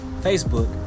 Facebook